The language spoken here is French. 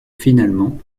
finalement